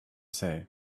say